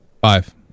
Five